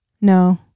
No